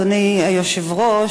אדוני היושב-ראש,